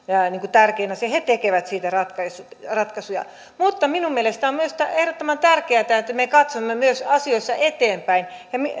tärkeintä he tekevät siitä ratkaisuja mutta minun mielestäni on ehdottoman tärkeätä että me myös katsomme asioissa eteenpäin